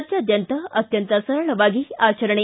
ರಾಜ್ಯಾದ್ಯಂತ ಅತ್ಯಂತ ಸರಳವಾಗಿ ಆಚರಣೆ